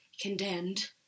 condemned